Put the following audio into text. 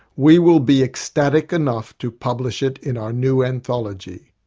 we will be ecstatic enough to publish it in our new anthology.